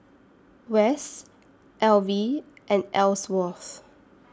West Elvie and Elsworth